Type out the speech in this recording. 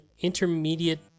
intermediate